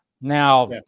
now